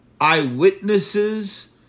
eyewitnesses